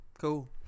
Cool